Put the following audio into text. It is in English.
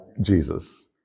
Jesus